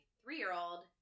three-year-old